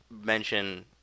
mention